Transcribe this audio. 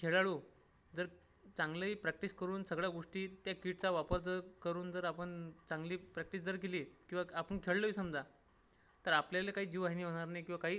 खेळाडू जर चांगले प्रॅक्टिस करून सगळ्या गोष्टीत त्या किटचा वापर जर करून जर आपण चांगली प्रॅक्टिस जर केली किंवा आपण खेळलोही समजा तर आपल्याला काही जीवहानी होणार नाही किंवा काही